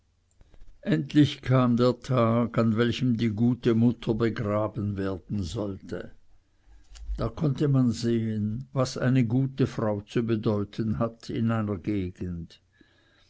endlich kam der tag an welchem die gute mutter begraben werden sollte da konnte man sehen was eine gute frau zu bedeuten hat in einer gegend